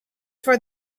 for